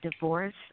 divorce